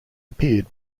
appeared